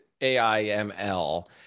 AIML